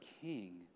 king